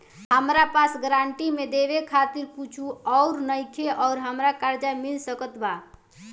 हमरा पास गारंटी मे देवे खातिर कुछूओ नईखे और हमरा कर्जा मिल सकत बा?